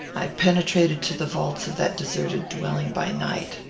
i penetrated to the vaults of that deserted dwelling by night.